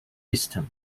system